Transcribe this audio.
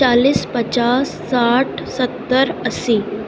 چالیس پچاس ساٹھ ستر اسّی